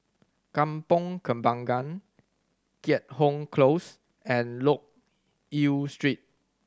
Kampong Kembangan Keat Hong Close and Loke Yew Street